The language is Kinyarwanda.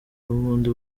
bundi